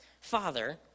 Father